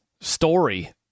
story